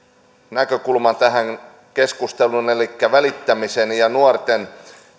näkökulman tähän keskusteluun elikkä välittämiseen ja nuorten